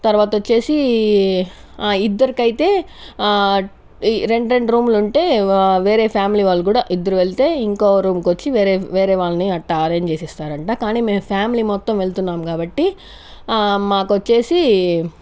తర్వాత వచ్చేసి ఇద్దరికైతే రెండ్ రెండ్ రూములుంటే వేరే ఫ్యామిలీ వాళ్ళు కూడా ఇద్దరు వెళ్తే ఇంకో రూమ్ కొచ్చి వేరే వేరే వాళ్ళని అట్టా అరెంజ్ చేసి ఇస్తారంట కానీ మేము ఫ్యామిలీ మొత్తం వెళ్తున్నాం కాబట్టి మాకొచ్చేసి